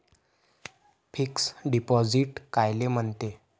Fix deposit कायले म्हनते?